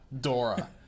Dora